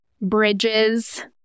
bridges